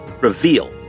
reveal